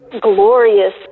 glorious